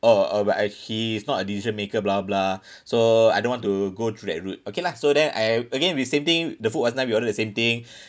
oh uh but I he's not a decision maker blah blah so I don't want to go to that route okay lah so then I again with same thing the food was nice we order the same thing